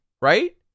right